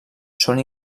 són